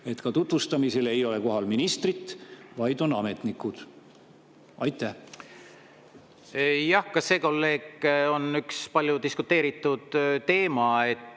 tutvustamisel ei ole kohal ministrit, vaid on ametnikud. Jah, ka see, kolleeg, on üks palju diskuteeritud teema.